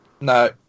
No